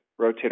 rotator